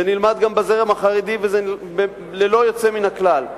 זה נלמד גם בזרם החרדי, ללא יוצא מן הכלל.